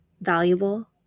valuable